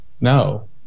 No